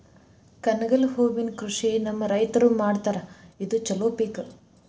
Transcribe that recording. ಕನಗಲ ಹೂವಿನ ಕೃಷಿ ನಮ್ಮ ರೈತರು ಮಾಡತಾರ ಇದು ಚಲೋ ಪಿಕ